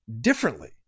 differently